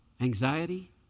Anxiety